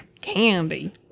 Candy